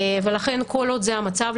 ולכן כל עוד זה המצב,